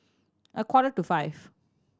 a quarter to five